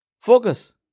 Focus